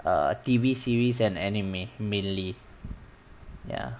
err T_V series and anime mainly ya